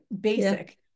basic